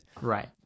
Right